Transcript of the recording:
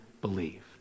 believe